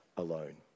alone